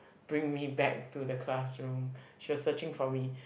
bring me back to the classroom she was searching for me